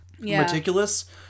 meticulous